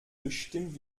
bestimmt